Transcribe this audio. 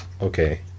Okay